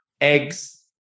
eggs